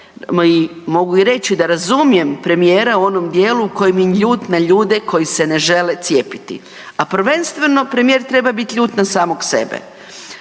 to, mogu reći da razumijem premijera u onom djelu kojim je ljut na ljude koji se ne žele cijepiti a prvenstveno premijer treba biti ljut na samog sebe.